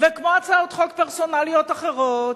וכמו הצעות חוק פרסונליות אחרות,